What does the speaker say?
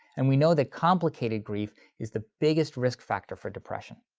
and we know that complicated grief is the biggest risk factor for depression.